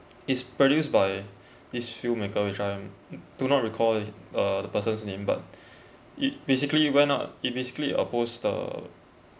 is produced by this filmmaker which I'm do not recall the uh person's name but it basically went out it basically opposed the